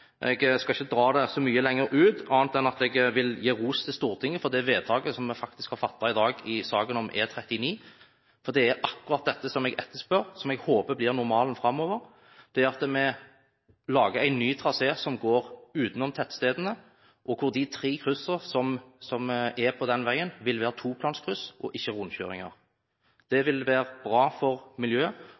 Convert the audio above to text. Jeg skal ikke dra det så mye lenger ut, annet enn at jeg vil gi ros til Stortinget for det vedtaket som vi faktisk vil fatte i dag i saken om E39. Det er akkurat dette jeg etterspør, som jeg håper blir normalen framover, at vi lager en ny trasé som går utenom tettstedene, og hvor de tre kryssene som er på den veien, vil være toplanskryss og ikke rundkjøringer. Det vil være bra for miljøet